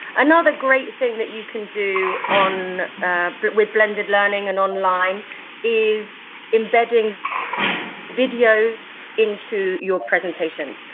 another great thing that you can do on with blended learning and online is embedding videos into your presentations,